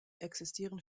existieren